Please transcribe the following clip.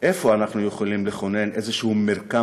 איפה אנחנו יכולים לכונן איזשהו מרקם